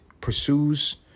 pursues